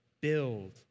Build